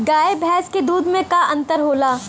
गाय भैंस के दूध में का अन्तर होला?